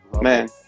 man